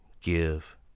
give